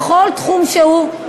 בכל תחום שהוא,